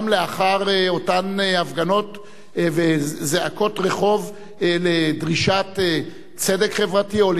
גם לאחר אותן הפגנות וזעקות רחוב לדרישת צדק חברתי,